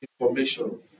information